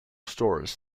stores